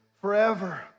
forever